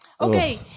Okay